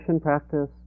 practice